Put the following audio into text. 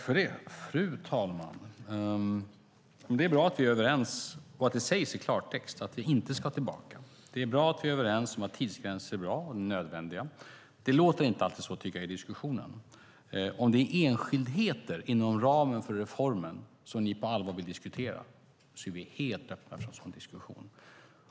Fru talman! Det är bra att vi är överens och att det sägs i klartext att vi inte ska tillbaka. Det är bra att vi är överens om att tidsgränser är bra och nödvändiga. Det låter inte alltid så i diskussionen. Om det är enskildheter inom ramen för reformen som ni på allvar vill diskutera är vi helt öppna för en sådan diskussion.